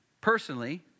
personally